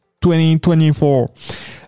2024